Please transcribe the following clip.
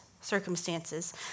circumstances